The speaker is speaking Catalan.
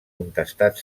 contestat